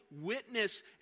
witness